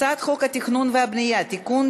הצעת חוק התכנון והבנייה (תיקון,